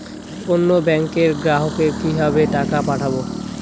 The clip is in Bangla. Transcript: অন্য ব্যাংকের গ্রাহককে কিভাবে টাকা পাঠাবো?